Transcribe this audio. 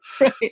Right